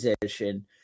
position